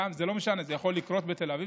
8 סגן השר לביטחון הפנים דסטה גדי